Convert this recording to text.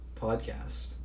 podcast